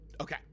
okay